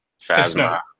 Phasma